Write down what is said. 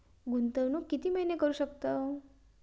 गुंतवणूक किती महिने करू शकतव?